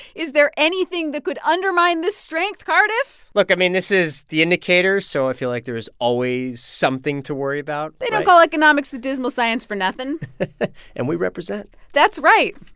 is there anything that could undermine this strength, cardiff? look i mean, this is the indicator, so i feel like there is always something to worry about they don't call economics the dismal science for nothing and we represent that's right.